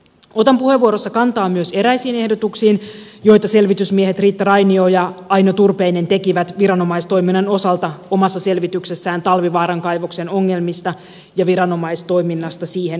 otan puheenvuorossa kantaa myös eräisiin ehdotuksiin joita selvitysmiehet riitta rainio ja aino turpeinen tekivät viranomaistoiminnan osalta omassa selvityksessään talvivaaran kaivoksen ongelmista ja viranomaistoiminnasta siihen liittyen